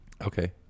Okay